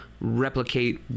replicate